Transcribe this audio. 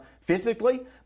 physically